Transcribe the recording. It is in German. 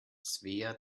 svea